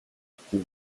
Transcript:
битгий